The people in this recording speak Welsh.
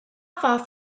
fath